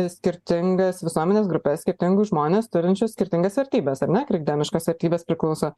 skirtingas visuomenės grupes skirtingus žmones turinčius skirtingas vertybes ar ne krikdemiškos vertybės priklauso